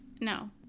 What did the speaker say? no